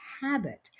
habit